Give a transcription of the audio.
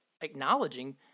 acknowledging